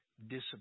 discipline